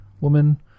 woman